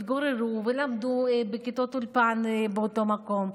התגוררו ולמדו בכיתות אולפן באותו מקום.